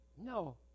No